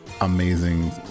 amazing